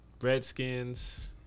Redskins